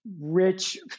rich